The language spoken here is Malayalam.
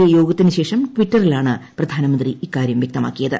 എ യോഗത്തിനുശേഷം ട്ടിറ്ററിലാണ് പ്രധാനമന്ത്രി ഇക്കാര്യം വൃക്തമാക്കിയത്